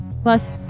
Plus